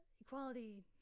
equality